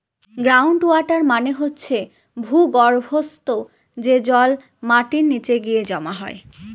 ground water মানে হচ্ছে ভূর্গভস্ত, যে জল মাটির নিচে গিয়ে জমা হয়